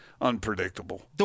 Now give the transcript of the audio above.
unpredictable